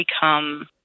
become